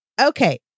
okay